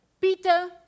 Peter